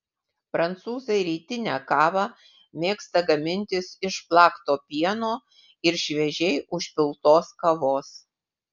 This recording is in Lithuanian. prancūzai rytinę kavą mėgsta gamintis iš plakto pieno ir šviežiai užpiltos kavos